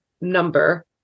number